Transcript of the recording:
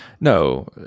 no